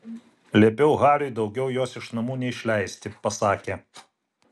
liepiau hariui daugiau jos iš namų neišleisti pasakė